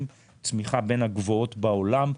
צמיחה בין הגבוהות בעולם,